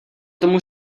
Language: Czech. tomu